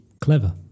clever